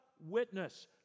witness